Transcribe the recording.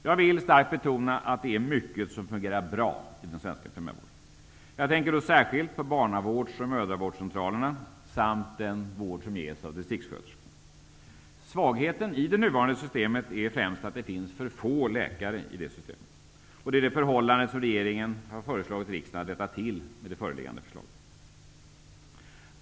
Jag vill starkt betona att det är mycket som fungerar bra i den svenska primärvården. Jag tänker då särskilt på barnavårds och mödravårdscentralerna samt den vård som ges av distriktssköterskor. Svagheten i det nuvarande systemet är främst att det finns för få läkare, och det är det förhållandet som regeringen i och med det föreliggande förslaget har föreslagit riksdagen att rätta till.